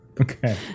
Okay